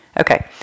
Okay